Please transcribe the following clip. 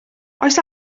oes